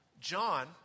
John